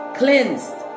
cleansed